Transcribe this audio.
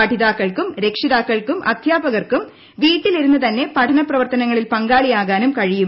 പഠിതാക്കൾക്കുള്ളൂർ രക്ഷിതാക്കൾക്കും അധ്യാപകർക്കും വീട്ടിലിരുന്ന് തന്നെ പഠന പ്രവർത്തനങ്ങളിൽ പങ്കാളിയാകാനും കഴിയും